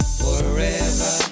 forever